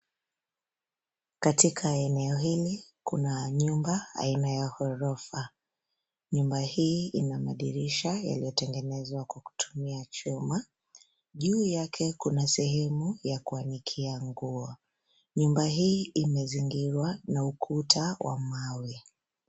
Katika eneo hili kuna nyumba aina ya ghorofa. Nyumba hii ina madirisha yaliyotengenezwa kwa kutumia chuma. Juu yake kuna sehemu ya kuanikia nguo. Nyumba hii imezingirwa na ukuta wa mawe.